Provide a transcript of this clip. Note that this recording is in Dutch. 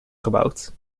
gebouwd